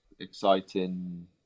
exciting